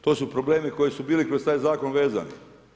To su problemi koji su bili kroz taj zakon vezani.